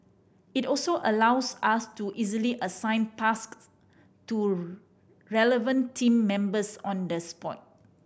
it also allows us to easily assign tasks to relevant team members on the spot